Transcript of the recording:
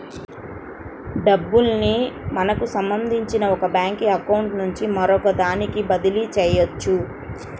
డబ్బుల్ని మనకి సంబంధించిన ఒక బ్యేంకు అకౌంట్ నుంచి మరొకదానికి బదిలీ చెయ్యొచ్చు